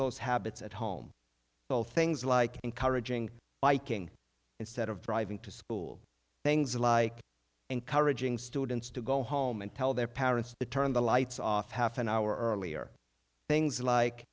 those habits at home both things like encouraging biking instead of driving to school things like encouraging students to go home and tell their parents to turn the lights off half an hour earlier things like